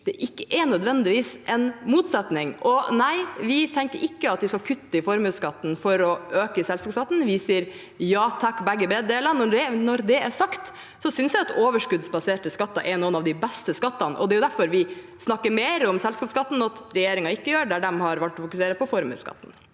det ikke nødvendigvis er en motsetning. Nei, vi tenker ikke at vi skal kutte i formuesskatten for å øke selskapsskatten. Vi sier ja takk til begge deler. Når det er sagt, synes jeg at overskuddsbaserte skatter er noen av de beste skattene. Det er derfor vi snakker mer om selskapsskatten, noe regjeringen ikke gjør. De har valgt å fokusere på formuesskatten.